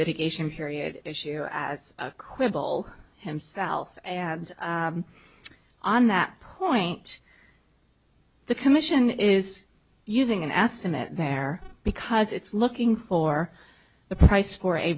mitigation period issue as a quibble himself and on that point the commission is using an estimate there because it's looking for the price for a